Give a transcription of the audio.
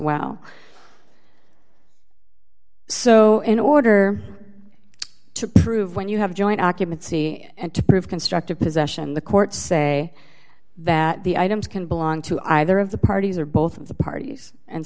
well so in order to prove when you have joint occupancy and to prove constructive possession the court say that the items can belong to either of the parties or both of the parties and